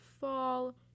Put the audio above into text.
fall